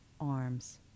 arms